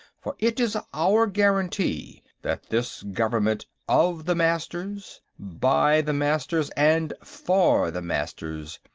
for it is our guarantee that this government, of the masters, by the masters, and for the masters,